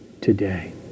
today